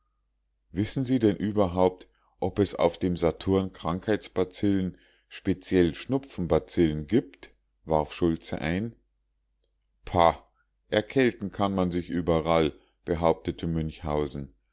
wissen sie denn überhaupt ob es auf dem saturn krankheitsbazillen speziell schnupfenbazillen gibt warf schultze ein pah erkälten kann man sich überall behauptete münchhausen